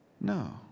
No